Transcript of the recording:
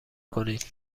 کنید